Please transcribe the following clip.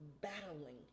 battling